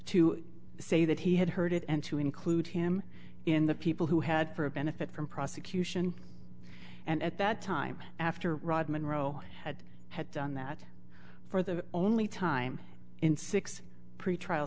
to say that he had heard it and to include him in the people who had for a benefit from prosecution and at that time after rodman row had had done that for the only time in six pretrial